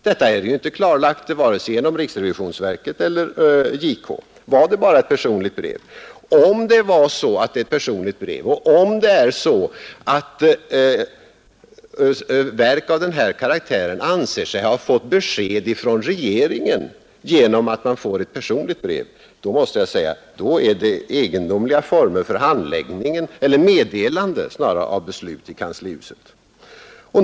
Detta är inte klarlagt vare sig genom riksrevisionsverket eller JK. Var det bara ett personligt brev? Om det var ett personligt brev och om det är så att verk av denna karaktär anser sig ha fått besked från regeringen genom att man får ett personligt brev, måste jag säga att man har egendomliga former för meddelande av beslut i kanslihuset.